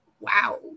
Wow